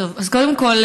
קודם כול,